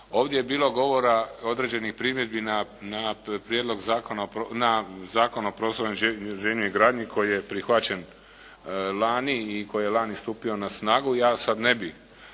Ovdje je bilo govora i određenih primjedbi na Zakon o prostornom uređenju i gradnji koji je prihvaćen lani i koji je lani stupio na snagu. Ja sad ne bih